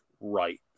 right